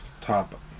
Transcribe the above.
top